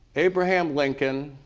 abraham lincoln,